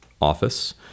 office